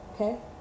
okay